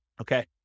Okay